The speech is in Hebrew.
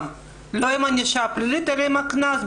לא עם ענישה פלילית אלא עם הקנס,